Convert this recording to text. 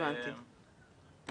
אני